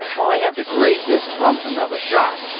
i have to grade this from another shot.